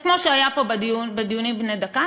כמו שהיה פה בנאומים בני דקה,